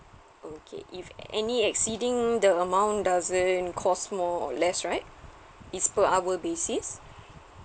okay if any exceeding the amount does it cause more or less right is per hour basis